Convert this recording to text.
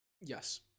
Yes